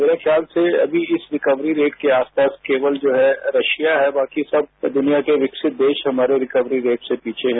मेरे ख्याल से अभी इस रिकवरी रेट के आसपास केवल जो है रशिया है बाकी सब दुनिया के सब विकसित देश हमारे रिकवरी रेट से पीछे हैं